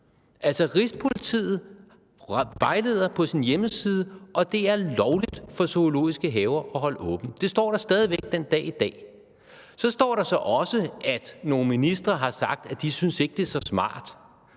vide. Rigspolitiet vejleder på sin hjemmeside, at det er lovligt for zoologiske haver at holde åbent – det står der stadig væk den dag i dag. Så står der så også, at nogle ministre har sagt, at de ikke synes, det er så smart.